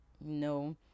no